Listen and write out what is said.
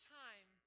time